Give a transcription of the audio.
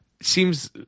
Seems